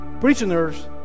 prisoners